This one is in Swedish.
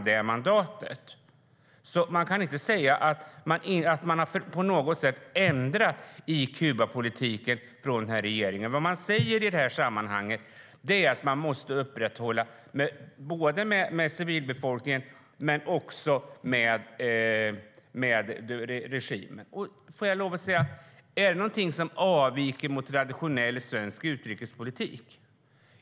Man kan alltså inte hävda att regeringen på något sätt har ändrat Kubapolitiken. Vad man säger är att man måste upprätthålla kontakter både med civilbefolkningen och med regimen. Är det något som avviker mot traditionell svensk utrikespolitik?